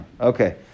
Okay